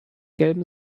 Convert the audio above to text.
gelben